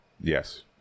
Yes